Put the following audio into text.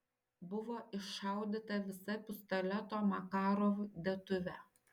buvo iššaudyta visa pistoleto makarov dėtuvė